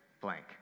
blank